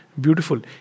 beautiful